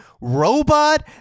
robot